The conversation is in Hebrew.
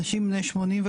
אנשים בני 85,